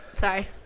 Sorry